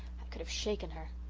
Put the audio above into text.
could have shaken her.